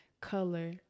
color